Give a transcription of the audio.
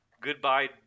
Goodbye